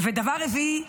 דבר רביעי,